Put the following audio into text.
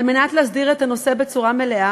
על מנת להסדיר את הנושא בצורה מלאה,